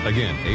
Again